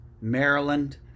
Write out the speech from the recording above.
Maryland